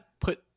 put